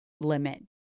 limit